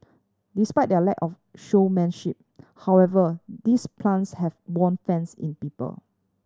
despite their lack of showmanship however these plants have won fans in people